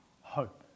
hope